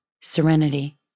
serenity